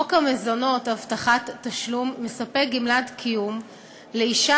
חוק המזונות (הבטחת תשלום) מספק גמלת קיום לאשה